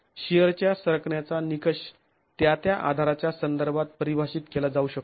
शिअरच्या सरकण्याचा निकष त्या त्या आधाराच्या संदर्भात परिभाषित केला जाऊ शकतो